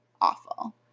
awful